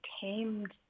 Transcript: tamed